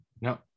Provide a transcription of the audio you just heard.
no